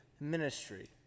ministry